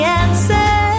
answer